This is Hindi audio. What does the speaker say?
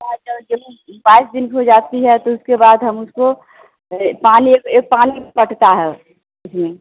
बाद जो जवन बाईस दिन की हो जाती है तो उसके बाद हम उसको ये पानी ये पानी पटता है उसमें